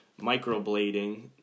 microblading